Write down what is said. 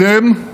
אתם,